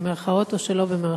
במירכאות או שלא במירכאות?